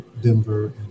Denver